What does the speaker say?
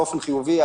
באופן חיובי,